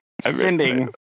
Sending